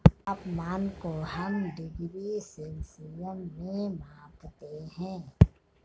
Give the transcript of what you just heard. तापमान को हम डिग्री सेल्सियस में मापते है